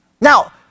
Now